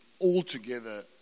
altogether